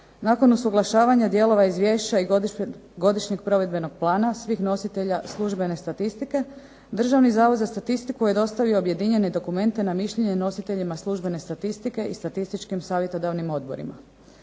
Nakon usuglašavanja dijelova izvješća i godišnjeg provedbenog plana svih nositelja službene statistike, Državni zavod za statistiku je dostavio objedinjene dokumente na mišljenje nositeljima službene statistike i statističkim savjetodavnim odborima.